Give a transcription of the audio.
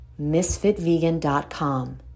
MisfitVegan.com